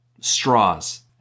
straws